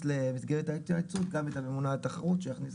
למסגרת ההתייעצות גם את הממונה על התחרות שיכניס